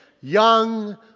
young